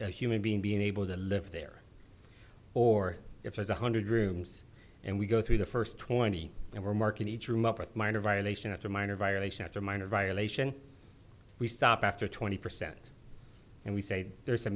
a human being being able to live there or if there's one hundred rooms and we go through the first twenty and we're marking each room up with minor violation after minor violation after minor violation we stop after twenty percent and we say there's a